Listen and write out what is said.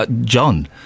John